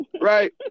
Right